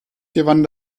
gewann